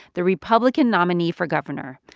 the republican nominee for governor.